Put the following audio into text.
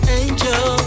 angel